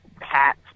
hat